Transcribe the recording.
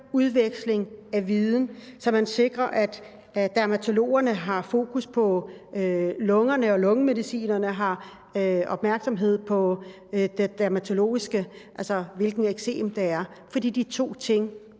udveksling af viden, så man sikrer, at dermatologerne har et fokus på lungerne, og at lungemedicinerne har opmærksomhed på det dermatologiske, altså hvilken eksem der er tale om, fordi de to ting